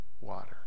water